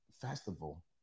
festival